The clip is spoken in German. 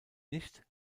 nicht